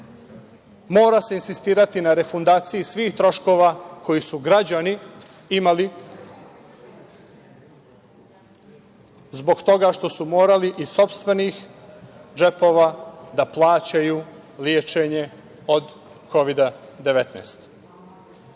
mora se insistirati na refundaciji svih troškova koji su građani imali zbog toga što su morali iz sopstvenih džepova da plaćaju lečenje od Kovida 19,